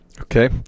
Okay